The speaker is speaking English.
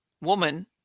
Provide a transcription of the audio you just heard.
woman